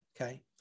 Okay